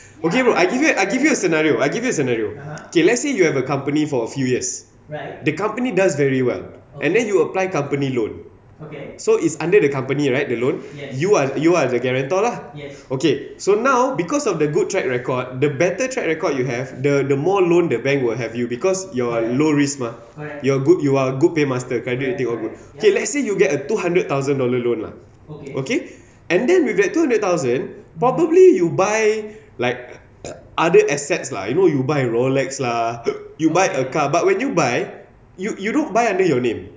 okay I give you I give you a scenario I give you a scenario okay let's say you have a company for a few years the company does very well and then you apply company loan so it's under the company right the loan you are you are the guarantor lah okay so now because of the good track record the better track record you have the the more loan the bank will have you because you're low risk mah you're good you're good pay master credit take over okay let's say you get a two hundred thousand dollar loan lah okay and then we get two hundred thousand probably you buy like other assets lah you know you buy Rolex lah you buy a car but when you buy you don't buy under your name